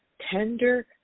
tender